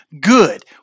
good